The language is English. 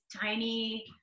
tiny